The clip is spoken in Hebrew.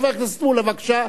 חבר הכנסת מולה, בבקשה.